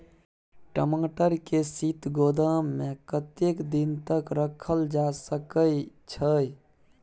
टमाटर के शीत गोदाम में कतेक दिन तक रखल जा सकय छैय?